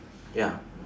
ya